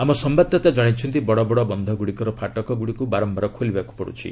ଆମ ସମ୍ଘାଦଦାତା ଜଣାଇଛନ୍ତି ବଡ଼ବଡ଼ ବନ୍ଧଗୁଡ଼ିକର ଫାଟକଗୁଡ଼ିକୁ ବାରମ୍ଭାର ଖୋଲିବାକୁ ପଡୁଛି